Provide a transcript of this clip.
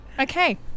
okay